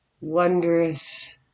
wondrous